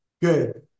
good